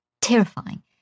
terrifying